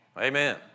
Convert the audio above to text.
Amen